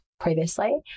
previously